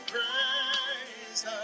Praise